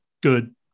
good